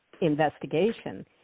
investigation